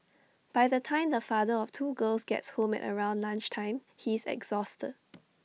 by the time the father of two girls gets home at around lunch time he is exhausted